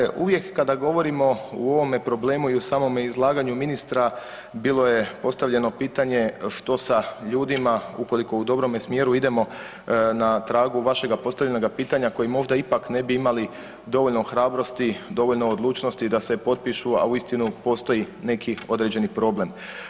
Pa dakle, uvijek kada govorimo o ovome problemu i u samome izlaganju ministra bilo je postavljeno pitanje što sa ljudima ukoliko u dobrome smjeru idemo na tragu vašega postavljenoga pitanja koji možda ipak ne bi imali dovoljno hrabrosti, dovoljno odlučnosti da se potpišu, a uistinu postoji neki određeni problem.